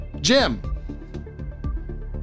Jim